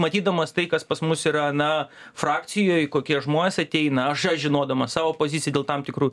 matydamas tai kas pas mus yra na frakcijoj kokie žmonės ateina aš aš žinodamas savo poziciją dėl tam tikrų